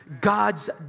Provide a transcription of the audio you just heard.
God's